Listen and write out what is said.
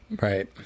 Right